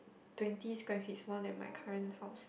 twenty square feet smaller than my current house